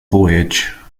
voyage